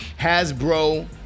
Hasbro